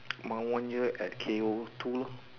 one more year at K or two